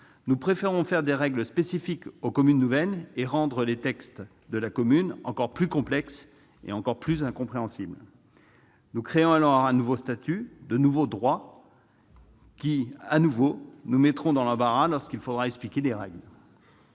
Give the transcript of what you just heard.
nous préférons instaurer des règles spécifiques pour les communes nouvelles et rendre les textes applicables à la commune encore plus complexes et incompréhensibles. Nous créons un nouveau statut, de nouveaux droits, qui nous mettront dans l'embarras lorsqu'il faudra expliquer les règles.